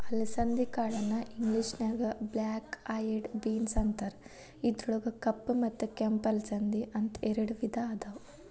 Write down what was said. ಅಲಸಂದಿ ಕಾಳನ್ನ ಇಂಗ್ಲೇಷನ್ಯಾಗ ಬ್ಲ್ಯಾಕ್ ಐಯೆಡ್ ಬೇನ್ಸ್ ಅಂತಾರ, ಇದ್ರೊಳಗ ಕಪ್ಪ ಮತ್ತ ಕೆಂಪ ಅಲಸಂದಿ, ಅಂತ ಎರಡ್ ವಿಧಾ ಅದಾವ